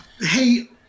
Hey